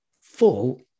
full